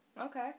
Okay